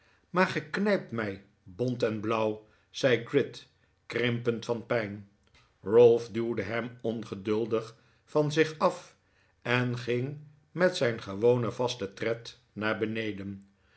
maar ge knijpt mij bont en blauw zei gride krimpend van pijn ralph duwde hem ongeduldig van zich af en ging met zijn gewonen vasten tred naar beneden